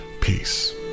Peace